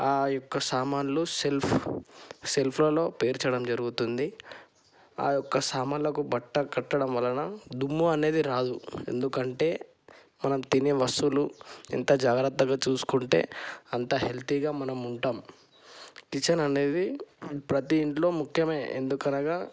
ఆ యొక్క సామాన్లు షెల్ఫ్ షెల్ఫ్లలో పేర్చడం జరుగుతుంది ఆ యొక్క సామానులకు బట్ట కట్టడం వలన దుమ్ము అనేది రాదు ఎందుకంటే మనం తినే వస్తువులు ఎంత జాగ్రత్తగా చూసుకుంటే అంత హెల్తీగా మనము ఉంటాం కిచెన్ అనేది ప్రతి ఇంట్లో ముఖ్యం ఎందుకనగా